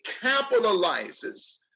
capitalizes